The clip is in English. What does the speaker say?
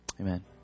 Amen